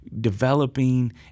developing